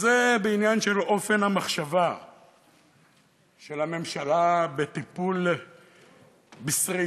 וזה בעניין של אופן המחשבה של הממשלה בטיפול בשרפות.